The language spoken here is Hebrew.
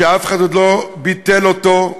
שאף אחד עוד לא ביטל אותו,